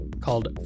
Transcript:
called